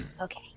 Okay